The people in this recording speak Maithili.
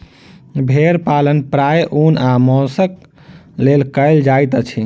भेड़ पालन प्रायः ऊन आ मौंसक लेल कयल जाइत अछि